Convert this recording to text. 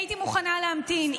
הייתי מוכנה להמתין.